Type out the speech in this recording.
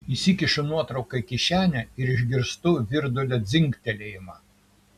įsikišu nuotrauką į kišenę ir išgirstu virdulio dzingtelėjimą